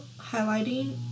highlighting